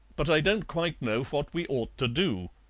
but i don't quite know what we ought to do.